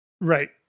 Right